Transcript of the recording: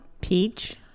Peach